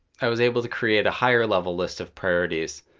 i was able to create a higher-level list of priorities